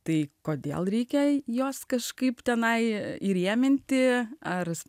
tai kodėl reikia jos kažkaip tenai įrėminti ar